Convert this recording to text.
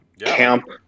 camp